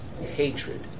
hatred